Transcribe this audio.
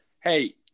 hey